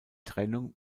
trennung